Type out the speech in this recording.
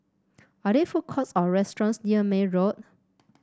are there food courts or restaurants near May Road